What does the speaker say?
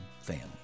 family